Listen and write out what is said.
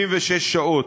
76 שעות